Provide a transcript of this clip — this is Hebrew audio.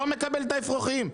לא מקבל את האפרוחים.